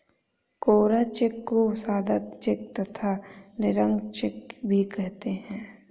कोरा cheque को सादा cheque तथा निरंक चेक भी कहते हैं